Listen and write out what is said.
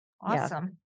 Awesome